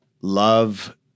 love